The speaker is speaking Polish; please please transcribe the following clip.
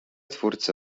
twórcy